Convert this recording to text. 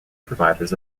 providers